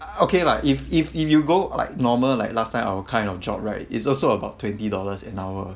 okay lah if if if you go like normal like last time our kind of job right it's also about twenty dollars an hour